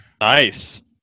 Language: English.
Nice